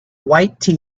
white